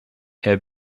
herr